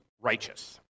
righteous